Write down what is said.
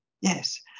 Yes